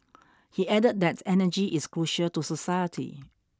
he added that energy is crucial to society